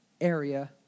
area